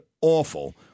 awful